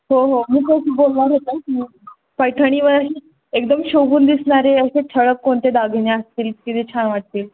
हो हो मी तशी बोलणार होते पैठणीवरही एकदम शोभून दिसणारे असे ठळक कोणते दागिने असतील किती छान वाटतील